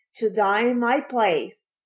to die in my place!